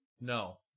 No